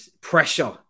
pressure